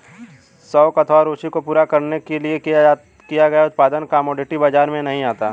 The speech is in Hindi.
शौक अथवा रूचि को पूरा करने के लिए किया गया उत्पादन कमोडिटी बाजार में नहीं आता